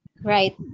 right